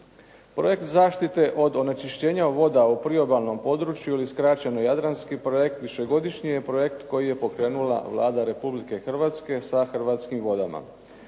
Projekt zaštite od onečišćenja voda u priobalnom području ili skraćeno "Jadranski projekt", višegodišnji je projekt koje je pokrenula Vlada Republike Hrvatske sa Hrvatskim vodama.